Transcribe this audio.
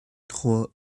trois